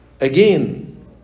Again